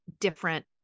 different